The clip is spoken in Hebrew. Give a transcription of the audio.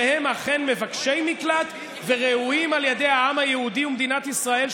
שהם אכן מבקשי מקלט וראויים על ידי העם היהודי ומדינת ישראל,